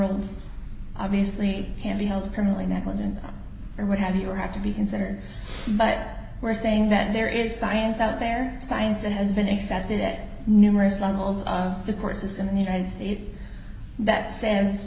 olds obviously can't be held criminally negligent or what have you or have to be considered but we're saying that there is science out there science that has been accepted at numerous levels of the courses in the united states that say